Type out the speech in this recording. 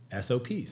SOPs